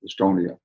Estonia